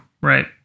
right